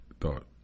thought